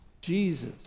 Jesus